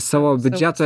savo biudžeto